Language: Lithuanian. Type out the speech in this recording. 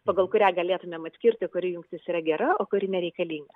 pagal kurią galėtumėm atskirti kuri jungtis yra gera o kuri nereikalinga